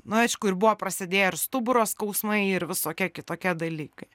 nu aišku ir buvo prasidėję ir stuburo skausmai ir visokie kitokie dalykai